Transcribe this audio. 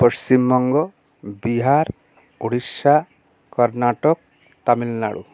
Paschimbanga Bihar Orissa Karnataka Tamil Nadu